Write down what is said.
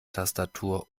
tastatur